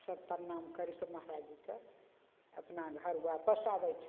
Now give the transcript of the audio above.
सब प्रणाम करिकऽ महाराज जीके अपना घर वापस आबय छै